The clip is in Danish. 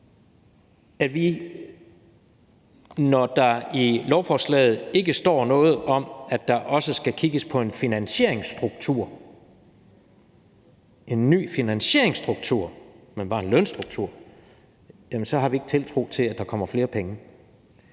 at vi – når der i lovforslaget ikke står noget om, at der også skal kigges på en ny finansieringsstruktur, men bare lønstruktur – ikke har tiltro til, at der kommer flere penge.